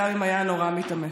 גם אם היה נורא מתאמץ.